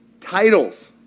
Titles